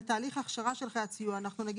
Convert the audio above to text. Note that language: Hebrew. בתהליך ההכשרה של חיית הסיוע אנחנו נגיד